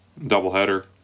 doubleheader